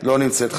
לא נמצאת,